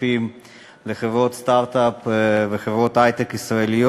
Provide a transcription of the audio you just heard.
הכספים לחברות הסטרט-אפ וחברות ההיי-טק הישראליות.